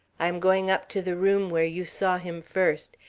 i am going up to the room where you saw him first.